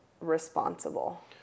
responsible